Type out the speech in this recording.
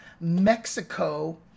Mexico